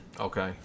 Okay